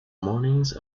mornings